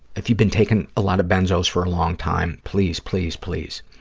if you've been taking a lot of benzos for a long time, please, please, please.